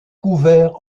couverts